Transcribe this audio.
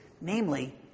namely